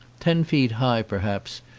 ten feet high perhaps,